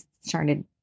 started